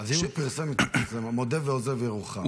--- אם הוא פרסם התנצלות, אז מודה ועוזב ירוחם.